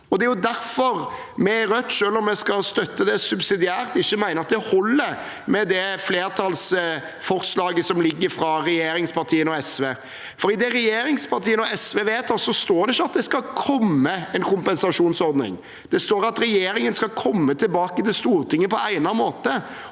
Det er derfor vi i Rødt – selv om vi skal støtte det subsidiært – mener at det ikke holder med det flertallsforslaget som foreligger fra regjeringspartiene og SV. I det forslaget står det ikke at det skal komme en kompensasjonsordning. Det står at regjeringen skal komme tilbake til Stortinget på egnet måte.